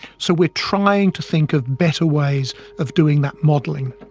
so we are trying to think of better ways of doing that modelling.